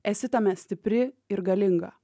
esi tame stipri ir galinga